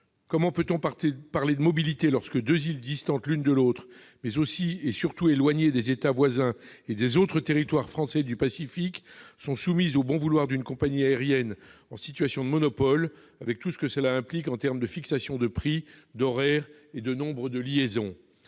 Comment peut-on parler de mobilité lorsque deux îles distantes l'une de l'autre, mais aussi, et surtout, éloignées des États voisins et des autres territoires français du Pacifique sont soumises au bon vouloir d'une compagnie aérienne en situation de monopole, avec tout ce que cela implique en termes de fixation de prix, d'horaires et de nombre de liaisons ?